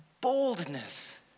boldness